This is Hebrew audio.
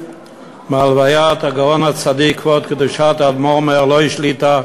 מהלוויית הגאון הצדיק כבוד קדושת האדמו"ר מערלוי שליטא,